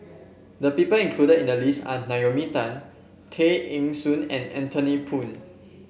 the people included in the list are Naomi Tan Tay Eng Soon and Anthony Poon